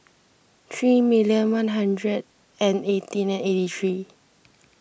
three million one hundred and eighteen and eighty three